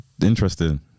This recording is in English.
Interesting